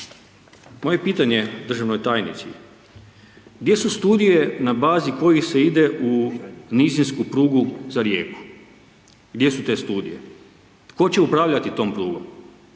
je pitanje državnoj tajnici gdje su studije na bazi kojih se ide u nizinsku prugu za Rijeku, gdje su te studije, tko će upravljati tom prugom?